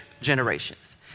generations